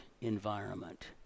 environment